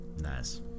Nice